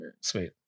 sweet